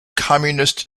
communist